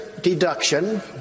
deduction